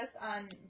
on